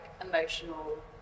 emotional